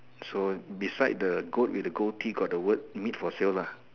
so beside the goat with the goatee got the word meat for sale lah